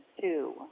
two